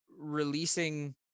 releasing